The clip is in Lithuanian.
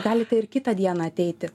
galite ir kitą dieną ateiti